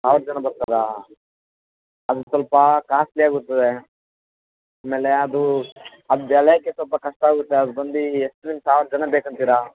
ಸಾವಿರ ಜನ ಬರ್ತಾರಾ ಅದು ಒಂದು ಸ್ವಲ್ಪ ಕಾಸ್ಟ್ಲಿ ಆಗುತ್ತವೆ ಆಮೇಲೆ ಅದು ಅದು ಬೆಳ್ಯೋಕೆ ಸ್ವಲ್ಪ ಕಷ್ಟ ಆಗುತ್ತೆ ಅದು ಬಂದು ಎಷ್ಟು ನಿಮ್ಗೆ ಸಾವಿರ ಜನ ಬೇಕಂತೀರ